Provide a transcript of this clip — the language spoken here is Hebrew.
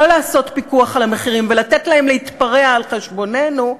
לעשות פיקוח על המחירים ולתת להם להתפרע על חשבוננו,